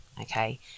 okay